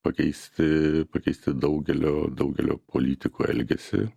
pakeisti pakeisti daugelio daugelio politikų elgesį